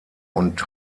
und